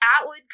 Atwood